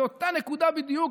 זה אותה נקודה בדיוק,